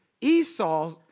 Esau